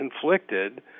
conflicted